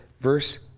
verse